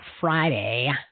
Friday